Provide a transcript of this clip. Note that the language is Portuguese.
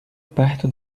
perto